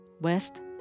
West